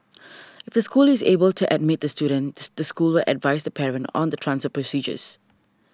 if the school is able to admit the student the school will advise the parent on the transfer procedures